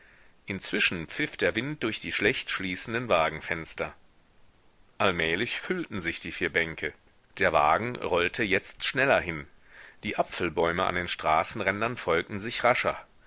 inzwischen pfiff der wind durch die schlecht schließenden wagenfenster allmählich füllten sich die vier bänke der wagen rollte jetzt schneller hin die apfelbäume an den straßenrändern folgten sich rascher